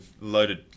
loaded